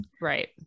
right